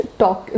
talk